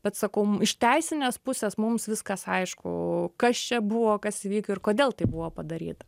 pėdsakų iš teisinės pusės mums viskas aišku kas čia buvo kas vyko ir kodėl tai buvo padaryta